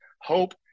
hope